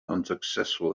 unsuccessful